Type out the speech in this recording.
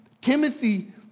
Timothy